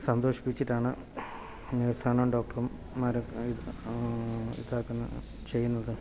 സന്തോഷിപ്പിച്ചിട്ട് ആണ് നേർസും ഡോക്ടറും ഇതാക്കുന്നത് ചെയ്യുന്നത്